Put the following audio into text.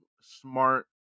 smart